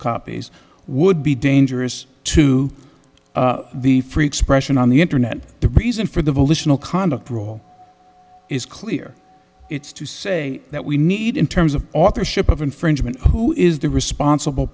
copies would be dangerous to the free expression on the internet the reason for the volitional conduct rule is clear it's to say that we need in terms of authorship of infringement who is the responsible